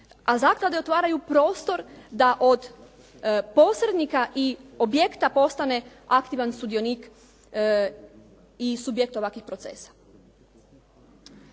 a zaklade otvaraju prostor da od posrednika i objekta postane aktivan sudionik i subjekt ovakvih procesa.